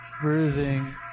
bruising